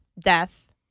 Death